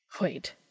Wait